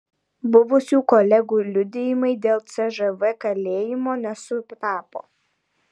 buvusių kolegų liudijimai dėl cžv kalėjimo nesutapo